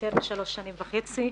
יותר משלוש שנים וחצי,